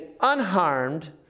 unharmed